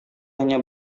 hanya